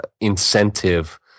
incentive